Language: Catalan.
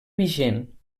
vigent